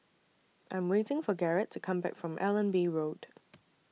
I Am waiting For Garret to Come Back from Allenby Road